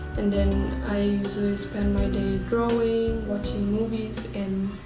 and then i usually spend my day drawing, watching movies and